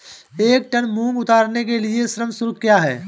एक टन मूंग उतारने के लिए श्रम शुल्क क्या है?